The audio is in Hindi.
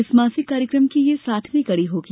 इस मासिक कार्यक्रम की यह साठवीं कड़ी होगी